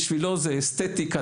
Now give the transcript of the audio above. בשבילו זה אסתטיקה,